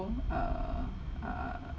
uh uh